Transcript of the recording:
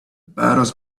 battles